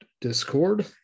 discord